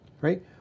Right